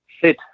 sit